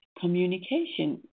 communication